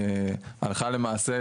הלכה למעשה,